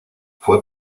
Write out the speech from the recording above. fue